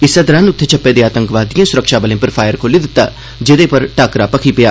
इस्सै दौरान उत्थें छपे दे आतंकवादिएं सुरक्षाबलें पर फायर खोल्ली दित्ता जेदे पर टाकरा भखी गेआ